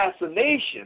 assassination